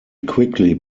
quickly